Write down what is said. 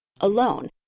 Alone